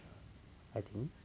I think